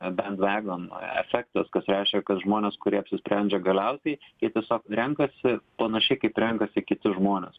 bendravimo efektas kas reiškia kad žmonės kurie apsisprendžia galiausiai jie tiesiog renkasi panašiai kaip renkasi kiti žmonės